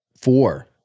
four